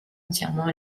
entièrement